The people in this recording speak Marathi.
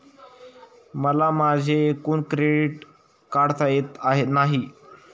मला माझे एकूण क्रेडिट काढता येत नाही